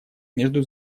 между